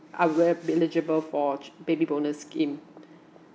I'll be eligible for baby bonus scheme